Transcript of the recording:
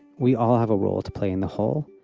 we all have a role to play in the whole.